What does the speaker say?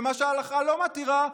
ומה שההלכה לא מתירה,